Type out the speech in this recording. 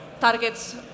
targets